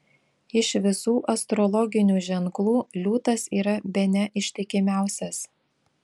iš visų astrologinių ženklų liūtas yra bene ištikimiausias